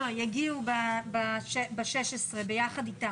יגיעו ב-16, ביחד איתם.